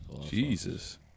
Jesus